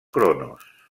cronos